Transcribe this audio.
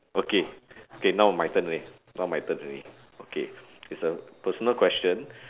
okay okay now my turn already now my turn already okay it's a personal question